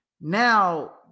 Now